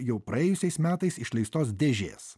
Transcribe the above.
jau praėjusiais metais išleistos dėžės